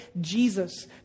Jesus